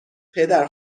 پدر